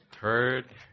third